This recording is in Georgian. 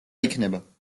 იქნება